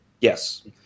Yes